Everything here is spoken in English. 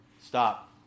stop